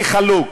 אני חלוק,